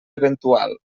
eventual